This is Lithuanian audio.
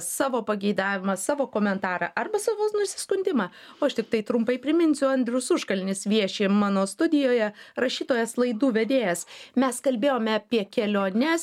savo pageidavimą savo komentarą arba savo nusiskundimą o aš tiktai trumpai priminsiu andrius užkalnis vieši mano studijoje rašytojas laidų vedėjas mes kalbėjome apie keliones